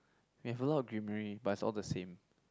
you have a lot of greenery but it's all the same